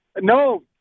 No